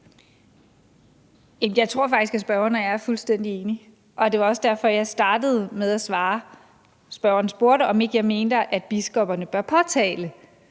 Jeg tror faktisk, at spørgeren og jeg er fuldstændig enige. Det var også det, jeg startede med at svare. Spørgeren spurgte, om ikke jeg mener, at biskopperne bør påtale